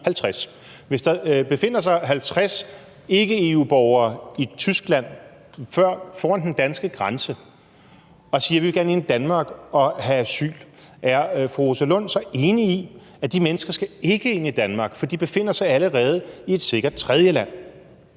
os bare sige 50 – 50 ikke-EU-borgere i Tyskland foran den danske grænse, som siger, at de gerne vil ind i Danmark og have asyl, er fru Rosa Lund så enig i, at de mennesker ikke skal ind i Danmark, fordi de allerede befinder sig i et sikkert tredjeland?